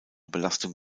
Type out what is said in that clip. belastung